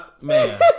man